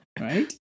Right